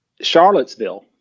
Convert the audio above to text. Charlottesville